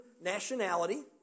nationality